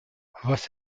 was